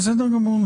בסדר גמור.